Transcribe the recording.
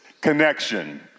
connection